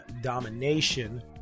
domination